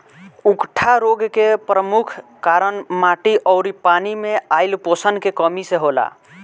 उकठा रोग के परमुख कारन माटी अउरी पानी मे आइल पोषण के कमी से होला